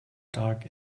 dark